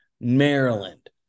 maryland